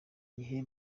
gihe